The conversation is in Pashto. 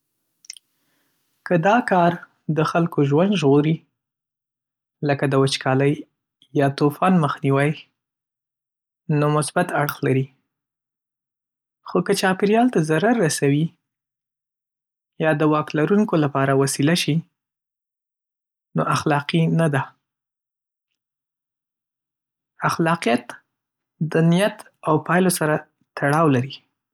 که دا کار د خلکو ژوند ژغوري، لکه د وچکالۍ یا طوفان مخنیوی، نو مثبت اړخ لري. خو که چاپېریال ته ضرر رسوي یا د واک لرونکو لپاره وسیله شي، نو اخلاقي نه ده. اخلاقیت د نیت او پایلو سره تړاو لري.